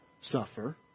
suffer